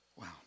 Wow